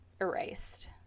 erased